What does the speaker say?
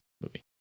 movie